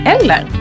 Eller